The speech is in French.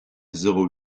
zéro